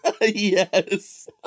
Yes